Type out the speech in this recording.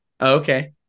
okay